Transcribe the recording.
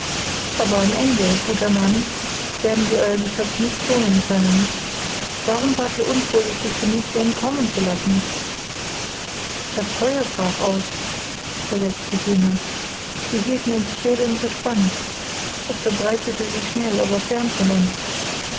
aber am ende guter mann werden wir euer geschöpf nicht schonen können warum wart ihr unvorsichtig genug sie entkommen zu lassen das feuer brach aus versetzte jener wir hielten uns still und gespannt es verbreitete sich schnell aber fern von uns